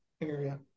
area